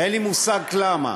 אין לי מושג למה.